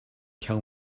kill